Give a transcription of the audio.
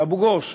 באבו-גוש,